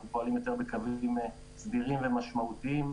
אנחנו פועלים יותר בקווים סדירים ומשמעותיים.